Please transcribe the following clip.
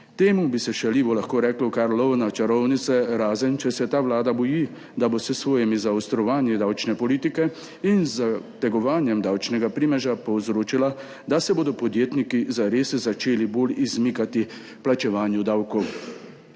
Temu bi se šaljivo lahko reklo kar lov na čarovnice, razen če se ta vlada boji, da bo s svojimi zaostrovanji davčne politike in z zategovanjem davčnega primeža povzročila, da se bodo podjetniki zares začeli bolj izmikati plačevanju davkov.